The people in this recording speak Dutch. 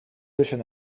tussen